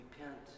Repent